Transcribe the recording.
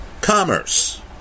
commerce